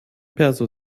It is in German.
perso